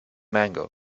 mango